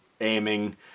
aiming